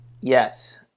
Yes